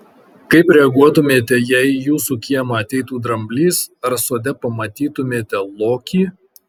kaip reaguotumėte jei į jūsų kiemą ateitų dramblys ar sode pamatytumėte lokį